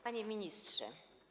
Panie Ministrze!